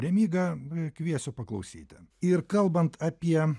remygą kviesiu paklausyti ir kalbant apie